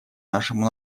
нашему